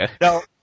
no